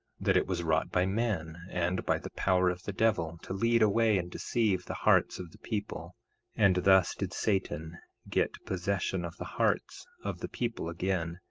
that it was wrought by men and by the power of the devil, to lead away and deceive the hearts of the people and thus did satan get possession of the hearts of the people again,